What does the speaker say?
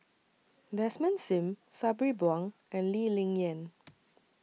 Desmond SIM Sabri Buang and Lee Ling Yen